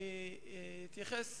אני אתחיל